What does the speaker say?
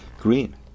green